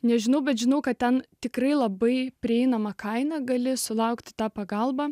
nežinau bet žinau kad ten tikrai labai prieinama kaina gali sulaukti ta pagalba